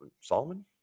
Solomon